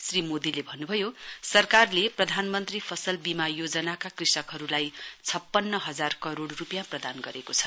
श्री मोदीले भन्न भयो सरकारले प्रधानमन्त्री फसल बीमा योजनाका कृषकहरूलाई छप्पन्न हजार करोडरूपियाँ प्रदान गरेको छ